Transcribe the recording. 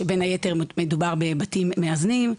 בין היתר מדובר בבתים מאזנים,